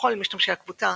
לכל משתמשי הקבוצה,